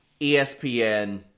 espn